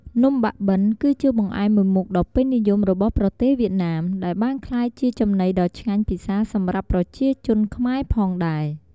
នំបាក់បិន គឺជាបង្អែមមួយមុខដ៏ពេញនិយមរបស់ប្រទេសវៀតណាម ដែលបានក្លាយជាចំណីដ៏ឆ្ងាញ់ពិសាសម្រាប់ប្រជាជនខ្មែរផងដែរ។